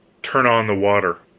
turn on the water!